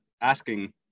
asking